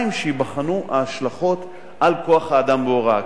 שייבחנו ההשלכות על כוח-האדם בהוראה.